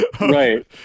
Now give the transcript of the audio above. Right